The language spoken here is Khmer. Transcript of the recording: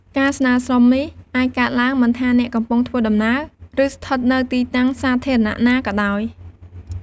ការស្នើសុំនេះអាចកើតឡើងមិនថាអ្នកកំពុងធ្វើដំណើរ ឬស្ថិតនៅទីតាំងសាធារណៈណាក៏ដោយ។